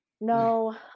No